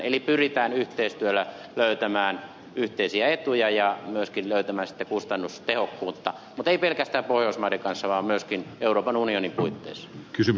eli pyritään yhteistyöllä löytämään yhteisiä etuja ja myöskin löytämään kustannustehokkuutta mutta ei pelkästään pohjoismaiden kanssa vaan myöskin euroopan unioni kuin jos kysyn